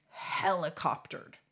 helicoptered